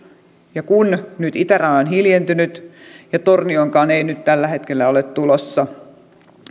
ja kun nyt itäraja on hiljentynyt ja tornioonkaan ei tällä hetkellä ole tulossa